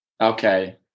Okay